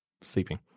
sleeping